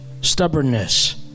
stubbornness